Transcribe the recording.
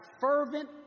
fervent